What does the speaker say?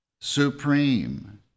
supreme